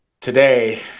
today